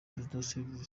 perezida